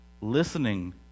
listening